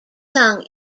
sung